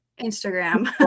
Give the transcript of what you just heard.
Instagram